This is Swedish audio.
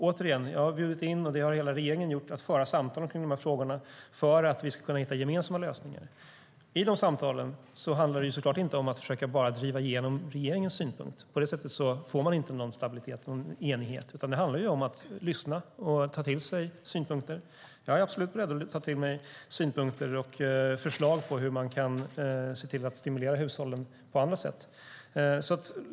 Återigen: Jag och hela regeringen har bjudit in till samtal om dessa frågor för att vi ska kunna hitta gemensamma lösningar. I dessa samtal handlar det såklart inte bara om att försöka driva igenom regeringens synpunkt. På det sättet får man inte någon stabilitet eller enighet. Det handlar om att lyssna och ta till sig synpunkter. Jag är absolut beredd att ta till mig synpunkter och förslag på hur man kan se till att stimulera hushållen på andra sätt.